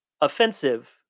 offensive